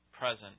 present